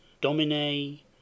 Domine